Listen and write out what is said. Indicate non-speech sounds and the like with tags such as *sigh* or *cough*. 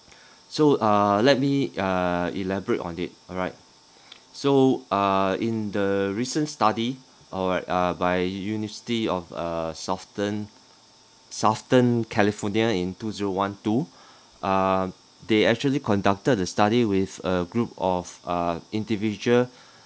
*breath* so uh let me uh elaborate on it alright *breath* so uh in the recent study alright uh by university of uh southern southern california in two zero one two *breath* uh they actually conducted a study with a group of uh individual *breath*